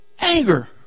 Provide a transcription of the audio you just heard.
Anger